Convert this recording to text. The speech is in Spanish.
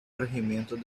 regimientos